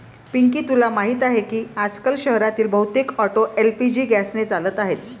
पिंकी तुला माहीत आहे की आजकाल शहरातील बहुतेक ऑटो एल.पी.जी गॅसने चालत आहेत